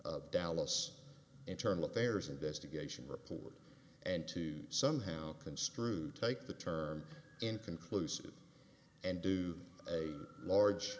dallas internal affairs investigation report and to somehow construe take the term inconclusive and do a large